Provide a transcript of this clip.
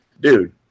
dude